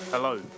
Hello